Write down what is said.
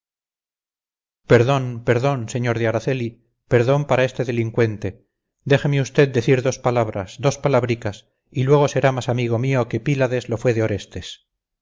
perdón perdón sr de araceli perdón para este delincuente déjeme usted decir dos palabras dos palabricas y luego será más amigo mío que pílades lo fue de orestes